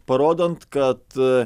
parodant kad